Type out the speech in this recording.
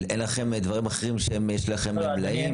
אין לכם דברים אחרים שבהם יש לכם מלאים וכדומה?